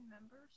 members